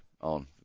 on